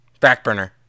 Backburner